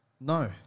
no